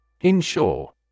Ensure